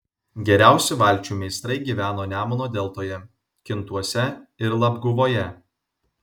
geriausi valčių meistrai gyveno nemuno deltoje kintuose ir labguvoje